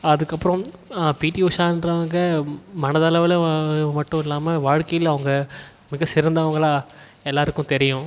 அதுக்கு அப்புறம் P T உஷான்கிறவங்க மனது அளவில் மட்டும் இல்லாமல் வாழ்க்கையில் அவங்க மிக சிறந்தவங்களாக எல்லோருக்கும் தெரியும்